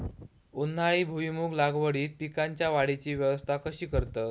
उन्हाळी भुईमूग लागवडीत पीकांच्या वाढीची अवस्था कशी करतत?